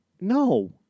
No